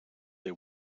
they